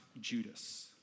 Judas